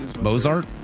Mozart